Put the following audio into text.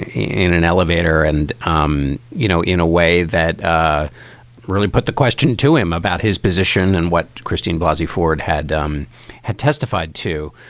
in an elevator. and, um you know, in a way that ah really put the question to him about his position and what christine blousy ford had um had testified to.